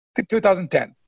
2010